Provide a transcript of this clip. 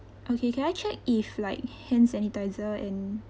okay can I check if like hand sanitizers and